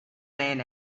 man